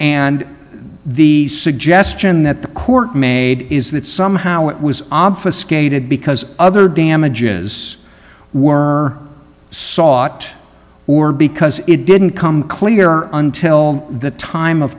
and the suggestion that the court made is that somehow it was obfuscated because other damages were sought or because it didn't come clear until the time of